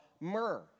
myrrh